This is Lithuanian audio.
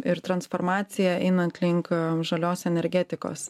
ir transformaciją einant link žalios energetikos